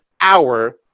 hour